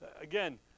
Again